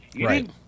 Right